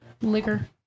liquor